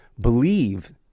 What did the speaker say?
believe